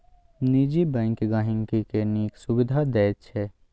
निजी बैंक गांहिकी केँ नीक सुबिधा दैत छै